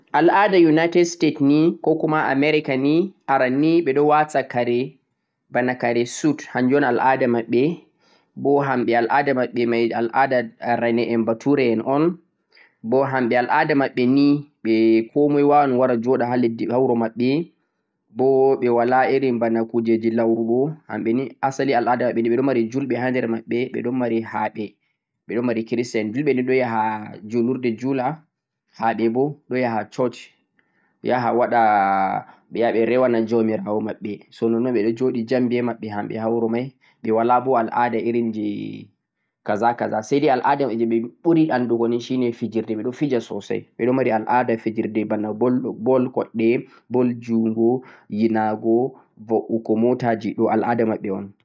al'aada United States ni 'ko kuma' America niaran ni ɓe ɗo waata kare bana kare suite hannjum on al'aada maɓɓe bo hamɓe al'aada maɓɓe al'aada arane en bature en un bo hamɓe al'aada maɓɓe ni ɓe komoy waawan wara joɗi ha wuro maɓɓe bo ɓe walaa irin kuujeeeji bana lawrugo hamɓe ni asali al'aada maɓɓe ni ɓe ɗo mari julɓe ha nder maɓɓe ɓe ɗo mari ha'ɓe, ɓe ɗo mari Christian en, julɓe ni ɗo yaha julurde ɓe jula, ha'ɓe bo ɗo yaha Church yaha waɗa ɓe yaha ɓe rewana jawmiraɓe maɓɓe, so nonnon ɓe ɗo joɗi jam be maɓɓe hamɓe ha wuro may ɓe walaa bo al'aada irin jee 'kaza' 'kaza' say day al'aada maɓɓe jee ɓe ɓuri anndugo ni shine fijirde ɓe ɗo fija soosay, ɓe ɗo mari al'aada fijirde bana ball koɗɗe, ball junngo yinago ba'uugo mootaji, ɗo al'aada maɓɓe un